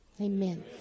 Amen